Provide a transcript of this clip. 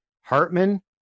Hartman